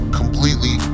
completely